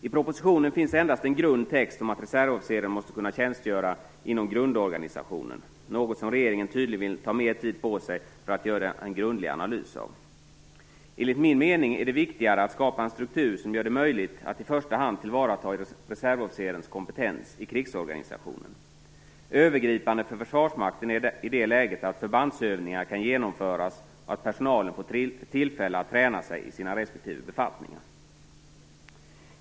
I propositionen finns endast en grund text om att reservofficeren måste kunna tjänstgöra inom grundorganisationen, något som regeringen tydligen vill ta sig mer tid för att göra en grundlig analys av. Enligt min mening är det viktigare att skapa en struktur som gör det möjligt att i första hand tillvarata reservofficerens kompetens i krigsorganisationen. Övergripande för Försvarsmakten är i det läget att förbandsövningar kan genomföras och att personalen får tillfälle att träna sig i sina respektive befattningar.